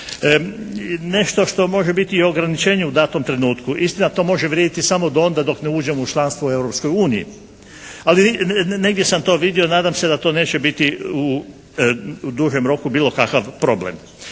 nešto što može biti i ograničenje u datom trenutku. Istina to može vrijediti samo do onda dok ne uđemo u članstvo u Europskoj uniji. Ali negdje sam to vidio. Nadam se da to neće biti u dužem roku bilo kakav problem.